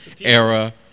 era